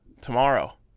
tomorrow